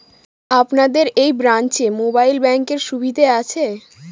আপনাদের এই ব্রাঞ্চে মোবাইল ব্যাংকের সুবিধে আছে?